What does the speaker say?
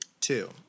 Two